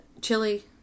chili